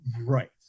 Right